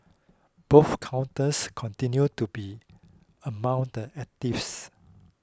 both counters continued to be among the actives